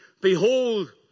Behold